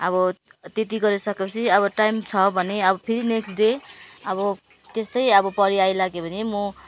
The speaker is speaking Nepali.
अब त्यति गरिसके पछि अब टाइम छ भने अब फेरि नेक्स्ट डे अब त्यस्तो अब परिआइ लाग्यो भने म